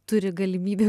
turi galimybę